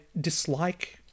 dislike